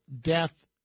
death